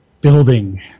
building